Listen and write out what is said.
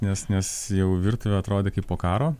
nes nes jau virtuvė atrodė kaip po karo